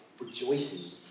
rejoicing